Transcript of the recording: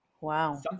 Wow